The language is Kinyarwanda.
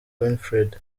winfred